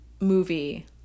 movie